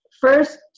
first